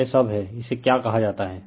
तो यह सब है इसे क्या कहा जाता है